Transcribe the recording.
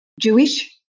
Jewish